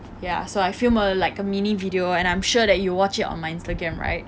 ya so I film a like a mini video and I'm sure that you watched it on my Instagram right